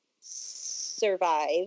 survive